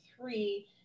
three